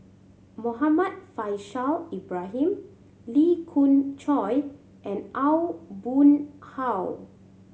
Muhammad Faishal Ibrahim Lee Khoon Choy and Aw Boon Haw